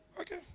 Okay